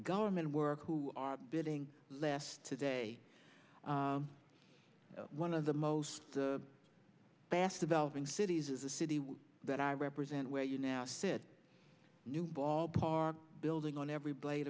government work who are building less today one of the most the bass developing cities is a city that i represent where you now sit new ballpark building on every blade